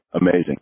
amazing